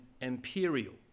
imperial